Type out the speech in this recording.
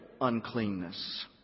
uncleanness